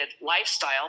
lifestyle